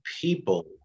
people